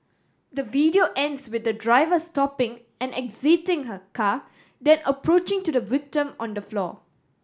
the video ends with the driver stopping and exiting her car then approaching to the victim on the floor